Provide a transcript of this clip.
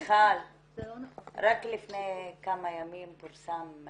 מיכל, רק לפני כמה ימים פורסם,